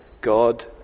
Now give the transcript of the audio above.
God